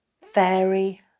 fairy